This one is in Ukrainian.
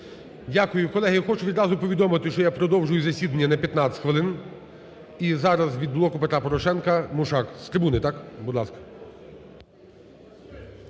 Дякую. Колеги, я хочу відразу повідомити, що я продовжую на засідання на 15 хвилин. І зараз від "Блоку Петра Порошенка" Мушак. З трибуни, так? Будь ласка.